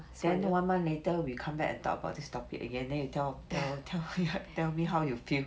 then one month later we come back and talk about this topic again then you tell tell tell tell me how you feel